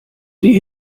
die